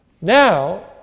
Now